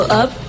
up